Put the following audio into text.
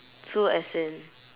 two as in